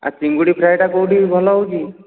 ଆଉ ଚିଙ୍ଗୁଡ଼ି ଫ୍ରାଏଟା କେଉଁଠି ଭଲ ହେଉଛି